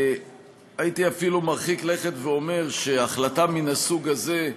הייתי אפילו מרחיק לכת ואומר שהחלטה מן הסוג הזה,